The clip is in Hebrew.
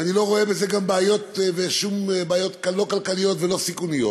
ואני לא רואה בזה לא בעיות כלכליות וגם לא סיכוניות,